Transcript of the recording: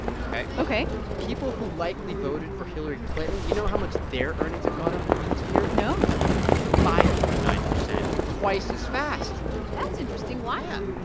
ok? ok people who likely voted for hillary clinton you know how much their earnings have gone up in the past year? no five point nine zero twice as fast that's interesting. why? yeah.